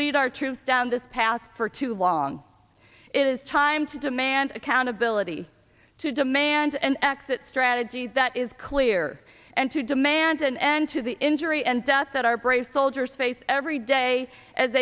lead our troops down this path for too long it is time to demand accountability to demand an exit strategy that is clear and to demand an end to the injury and death that our brave soldiers face every day as